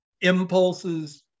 impulses